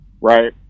right